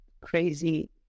crazy